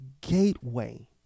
gateway